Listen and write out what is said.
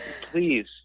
Please